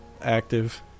active